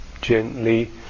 gently